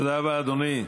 תודה רבה, אדוני.